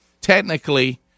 technically